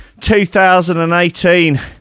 2018